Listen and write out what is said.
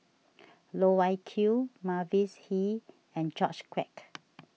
Loh Wai Kiew Mavis Hee and George Quek